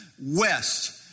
west